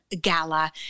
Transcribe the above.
gala